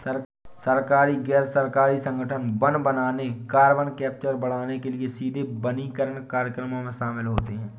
सरकारी, गैर सरकारी संगठन वन बनाने, कार्बन कैप्चर बढ़ाने के लिए सीधे वनीकरण कार्यक्रमों में शामिल होते हैं